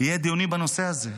יהיו דיונים בנושא הזה.